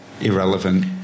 irrelevant